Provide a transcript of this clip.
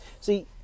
See